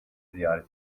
ziyaret